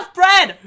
bread